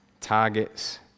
targets